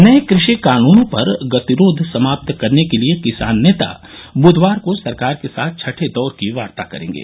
नये कृषि कानूनों पर गतिरोध समाप्त करने के लिए किसान नेता बुधवार को सरकार के साथ छठे दौर की वार्ता करेंगे